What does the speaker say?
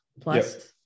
plus